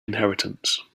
inheritance